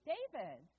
David